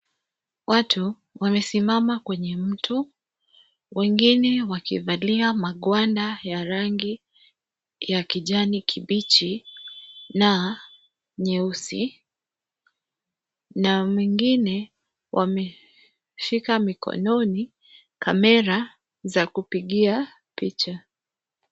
Watu wanasimama kwenye mto, wengine wakivalia magwanda ya rangi ya kijani kibichi na nyeusi na mengine wameshika mikononi kamera za kupigia picha.